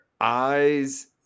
eyes